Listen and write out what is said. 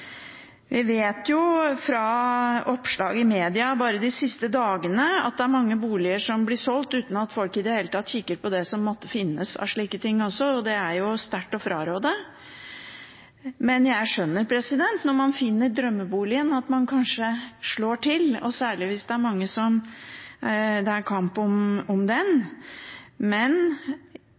Vi vet jo fra oppslag i media bare de siste dagene at det er mange boliger som blir solgt uten at folk i det hele tatt kikker på det som måtte finnes av slike ting, også. Det er jo sterkt å fraråde, men jeg skjønner at man kanskje slår til når man finner drømmeboligen, særlig hvis det er stor kamp om den. Men